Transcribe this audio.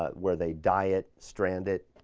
ah where they dye it, strand it,